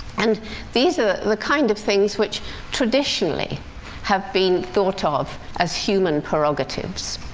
and these are the kind of things which traditionally have been thought of as human prerogatives.